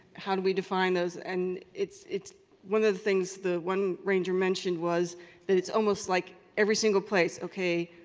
how do we define those? and it's it's one of the things, the one ranger mentioned was that it's almost like every single place, okay,